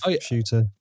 shooter